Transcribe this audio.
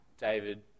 David